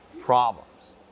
problems